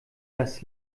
das